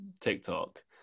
tiktok